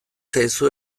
zaizu